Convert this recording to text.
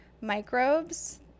microbes